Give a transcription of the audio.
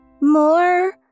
more